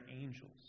angels